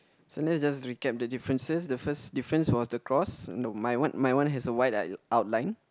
so let's just recap the differences the first difference was the cross no my one my one has a white white outline